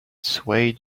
swayed